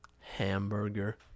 hamburger